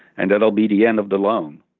and that'll be the end of the loan.